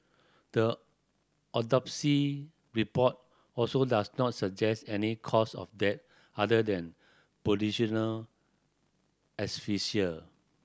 the autopsy report also does not suggest any cause of death other than positional asphyxia